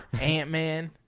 Ant-Man